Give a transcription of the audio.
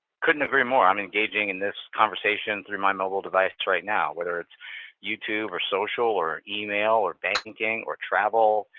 couldn't agree more. i'm engaging in this conversation through my mobile device right now. whether it's youtube, or social, or email, or banking, or travel.